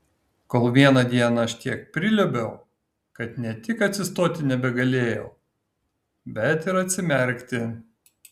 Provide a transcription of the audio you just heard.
kol vieną dieną aš tiek priliuobiau kad ne tik atsistoti nebegalėjau bet ir atsimerkti